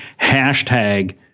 hashtag